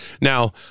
now